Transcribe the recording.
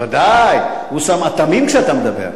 בוודאי הוא שם אטמים כשאתה מדבר.